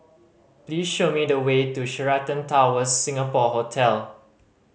please show me the way to Sheraton Towers Singapore Hotel